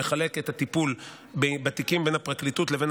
שמחלק את הטיפול בתיקים בין הפרקליטות לבין